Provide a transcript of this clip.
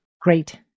great